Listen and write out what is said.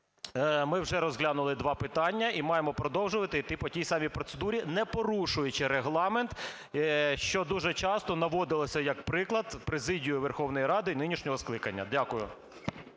ми вже розглянули два питання і маємо продовжувати іти по тій самій процедурі, не порушуючи Регламент, що дуже часто наводилося як приклад президією Верховної Ради нинішнього скликання. Дякую.